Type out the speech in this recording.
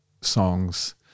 songs